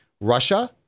Russia